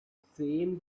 same